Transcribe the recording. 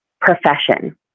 profession